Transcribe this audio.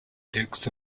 dukes